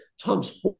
Tom's